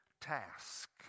task